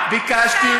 שרה,